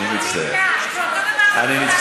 אני הצבעתי בטעות בעד, אני מבקשת, אני מצטער.